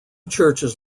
churches